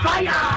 Fire